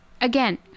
again